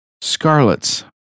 scarlets